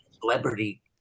celebrity